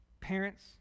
Parents